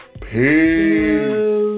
Peace